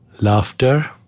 laughter